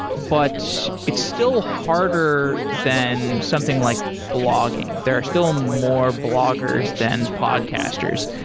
but it's still harder than something like blogging. there are still more bloggers than podcasters.